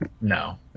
no